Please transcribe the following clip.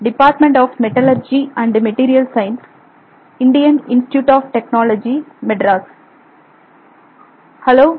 hello